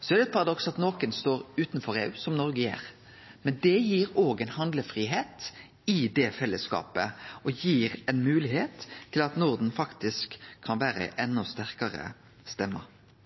Så er det eit paradoks at nokre står utanfor EU, som Noreg gjer, men det gir òg ein handlefridom i det fellesskapet og gir moglegheit for at Norden faktisk kan vere ei enda sterkare stemme.